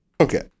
Okay